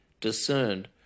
discerned